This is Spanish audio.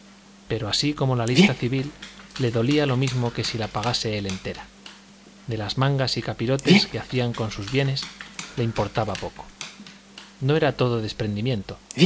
pero así como la lista civil le dolía lo mismo que si la pagase él entera de las mangas y capirotes que hacían con sus bienes le importaba poco no era todo desprendimiento